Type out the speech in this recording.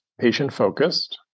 patient-focused